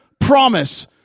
promise